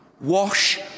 Wash